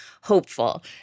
hopeful